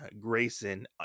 Grayson